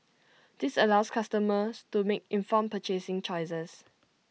this allows customers to make informed purchasing choices